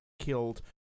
killed